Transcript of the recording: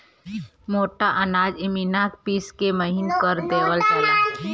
मोटा अनाज इमिना पिस के महीन कर देवल जाला